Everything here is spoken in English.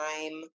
time